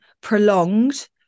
prolonged